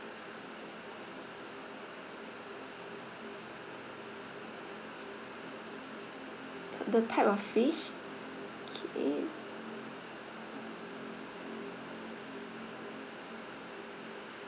th~ the type of fish okay